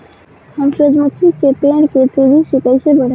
हम सुरुजमुखी के पेड़ के तेजी से कईसे बढ़ाई?